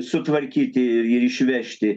sutvarkyti ir išvežti